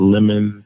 Lemon